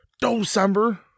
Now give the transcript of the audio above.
December